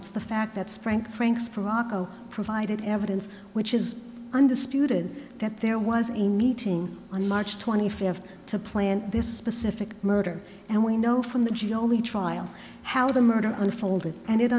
it's the fact that spanked franks for arco provided evidence which is undisputed that there was a meeting on march twenty fifth to plant this afic murder and we know from the g only trial how the murder unfolded and